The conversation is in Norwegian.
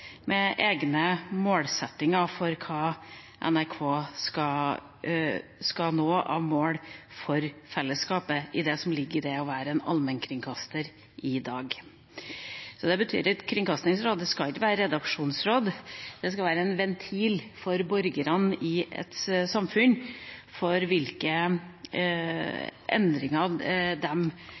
med egne målsettinger for hva NRK skal nå av mål for fellesskapet i det som ligger i det å være en allmennkringkaster i dag. Det betyr at Kringkastingsrådet ikke skal være et redaksjonsråd, men en ventil for borgerne i et samfunn for